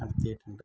നടത്തിയിട്ടുണ്ട്